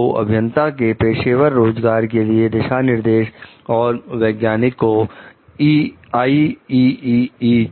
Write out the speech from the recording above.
तो अभियंता के पेशेवर रोजगार लिए दिशा निर्देश और वैज्ञानिक को आई ई ई ई